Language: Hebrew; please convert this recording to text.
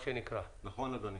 נכון, אדוני.